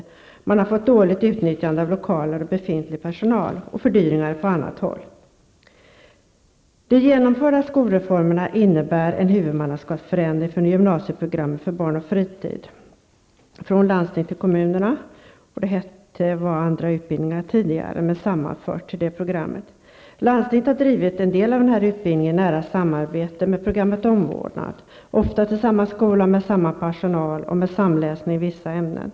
Det har vidare medfört dåligt utnyttjande av lokaler och befintlig personal och fördyringar på annat. De genomförda skolreformerna innebär en huvudmannaskapsförändring för gymnasieprogrammet för barn och fritid -- det var tidigare andra utbildningar med andra namn men har sammanförts till det programmet -- från landsting till kommunerna. Landstinget har drivit en del av den här utbildningen i nära samarbete med programmet Omvårdnad, ofta i samma skola och med samma personal och med samläsning i vissa ämnen.